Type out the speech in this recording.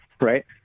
right